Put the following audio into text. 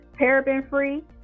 paraben-free